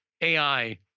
ai